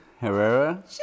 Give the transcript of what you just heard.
Herrera